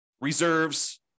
reserves